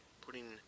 putting